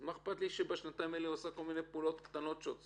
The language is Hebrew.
אז מה אכפת לי שבשנתיים האלה הוא עשה כל מיני פעולות קטנות שעוצרות?